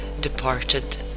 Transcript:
departed